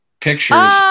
pictures